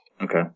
Okay